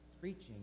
preaching